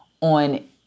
on